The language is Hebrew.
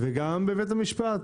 גם בבית המשפט,